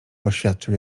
oświadczył